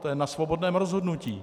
To je na svobodném rozhodnutí.